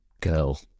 girl